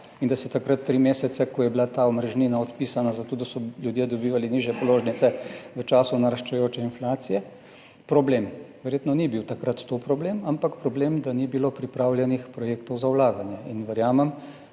bil problem takrat tri mesece, ko je bila ta omrežnina odpisana, zato da so ljudje dobivali nižje položnice v času naraščajoče inflacije. Verjetno takrat to ni bil problem, ampak je bil problem, da ni bilo pripravljenih projektov za vlaganje, verjamem,